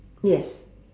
yes